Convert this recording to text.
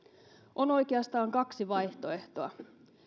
on oikeastaan kaksi vaihtoehtoa